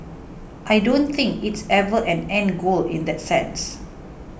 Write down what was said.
I don't think it's ever an end goal in that sense